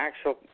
actual